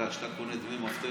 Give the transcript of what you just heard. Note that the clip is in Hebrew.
אתה יודע, כשאתה קונה בדמי מפתח,